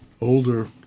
older